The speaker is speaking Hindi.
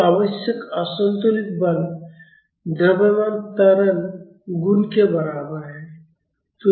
तो आवश्यक असंतुलित बल द्रव्यमान त्वरण गुणन के बराबर है